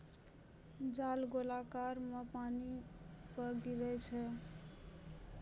जाल गोलाकार मे पानी पे गिरै छै